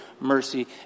mercy